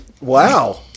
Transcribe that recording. Wow